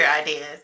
ideas